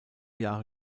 jahre